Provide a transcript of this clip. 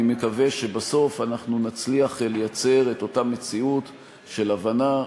אני מקווה שבסוף אנחנו נצליח לייצר את אותה מציאות של הבנה,